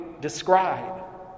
describe